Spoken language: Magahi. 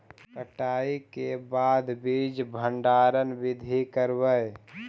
कटाई के बाद बीज भंडारन बीधी करबय?